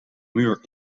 muur